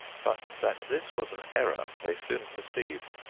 but that this was an error they soon perceived.